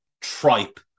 tripe